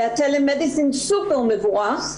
והטלמדיסין סופר מבורך,